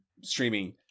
streaming